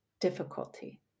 difficulty